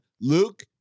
Luke